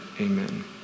amen